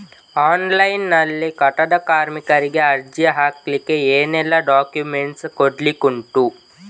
Online ನಲ್ಲಿ ಕಟ್ಟಡ ಕಾರ್ಮಿಕರಿಗೆ ಅರ್ಜಿ ಹಾಕ್ಲಿಕ್ಕೆ ಏನೆಲ್ಲಾ ಡಾಕ್ಯುಮೆಂಟ್ಸ್ ಕೊಡ್ಲಿಕುಂಟು?